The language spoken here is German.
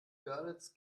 görlitz